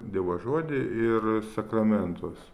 dievo žodį ir sakramentus